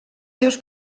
seus